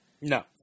No